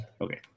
Okay